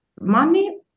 money